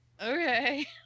okay